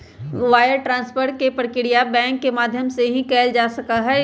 wire transfer के प्रक्रिया bank के माध्यम से ही कइल जा सका हई